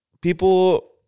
People